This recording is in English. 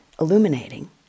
illuminating